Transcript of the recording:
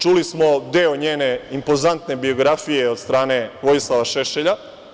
Čuli smo deo njene impozantne biografije, od strane Vojislava Šešelja.